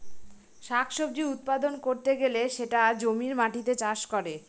শাক সবজি উৎপাদন করতে গেলে সেটা জমির মাটিতে চাষ করে